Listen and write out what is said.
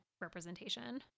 representation